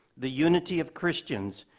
the unity of christians,